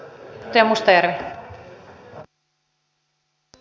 arvoisa puhemies